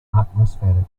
atmospheric